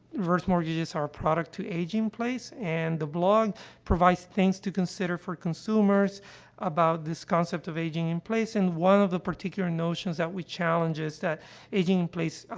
reverse mortgages are a product to age in place. and the blog provides things to consider for consumers about this concept of aging in place, and one of the particular notions that we challenge is that aging in place,